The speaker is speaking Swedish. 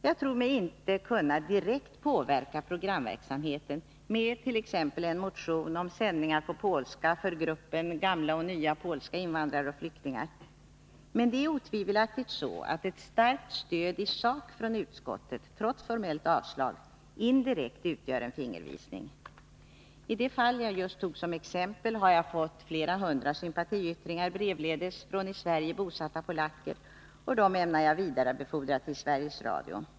Jag tror mig inte kunna direkt påverka programverksamheten med t.ex. en motion om sändningar på polska för gruppen gamla och nya polska invandrare och flyktingar. Men det är otvivelaktigt så att ett starkt stöd i sak från utskottet — trots formellt avslag — indirekt utgör en fingervisning. I det fall jag tog som exempel har jag fått flera hundra sympatiyttringar brevledes från i Sverige bosatta polacker, och dessa brev ämnar jag vidarebefordra till Sveriges Radio.